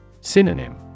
Synonym